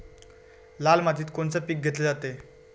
लाल मातीत कोनचं पीक घेतलं जाते?